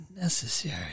necessary